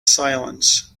silence